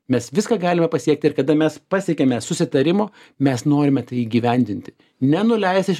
mes viską galime pasiekti ir kada mes pasiekiame susitarimo mes norime tai įgyvendinti nenuleist iš